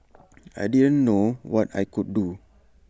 I didn't know what I could do